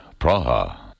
Praha